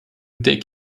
dig